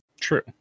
True